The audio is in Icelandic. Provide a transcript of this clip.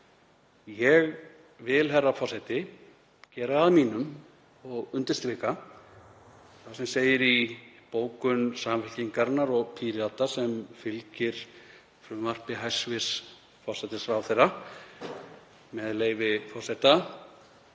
Ég vil, herra forseti, gera að mínu og undirstrika það sem segir í bókun Samfylkingarinnar og Pírata sem fylgir frumvarpi hæstv. forsætisráðherra, með leyfi forseta: